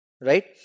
Right